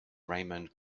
raymond